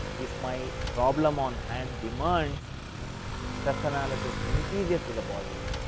if my problem on hand demands stress analysis interior to the body,